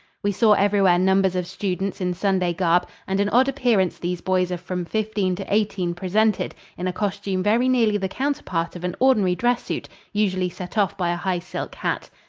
we saw everywhere numbers of students in sunday garb, and an odd appearance these boys of from fifteen to eighteen presented in a costume very nearly the counterpart of an ordinary dress suit, usually set off by a high silk hat.